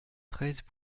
treize